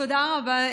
תודה רבה,